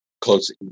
close